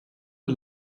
der